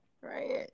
Right